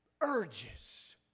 urges